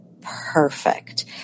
perfect